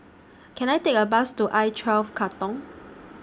Can I Take A Bus to I twelve Katong